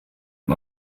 und